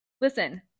listen